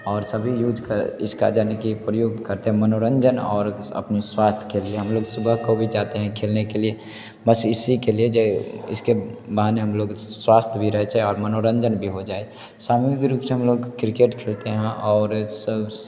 और सभी यूज़ क इसका यानि कि प्रयोग करते है मनोरंजन और अपनी स्वास्थ्य के लिए हम लोग सुबह को भी जाते हैं खेलने के लिए बस इसी के लिए जो इसके बहाने हम लोग स्वस्थ भी रहें चाहे और मनोरंजन भी हो जाए सामूहिक रूप से हम लोग क्रिकेट खेलते हैं और इस सब